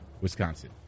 Wisconsin